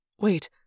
Wait